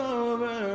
over